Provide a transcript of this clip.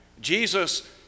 Jesus